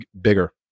bigger